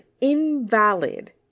invalid